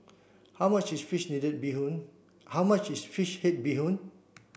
how much is fish need bee hoon how much is fish head bee hoon